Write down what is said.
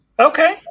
Okay